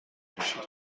میشید